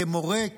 כמורה,